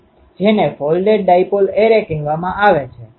તેથી એલિમેન્ટલ એન્ટેનાની theta radiation pattern શું છે